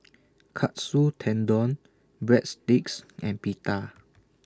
Katsu Tendon Breadsticks and Pita